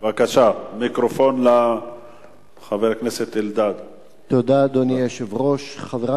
עברה בקריאה טרומית ותעבור להכנתה לקריאה ראשונה לוועדת העבודה,